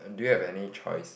do you have any choice